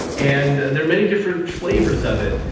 and there are many different flavours of it.